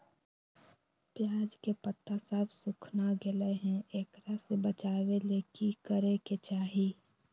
प्याज के पत्ता सब सुखना गेलै हैं, एकरा से बचाबे ले की करेके चाही?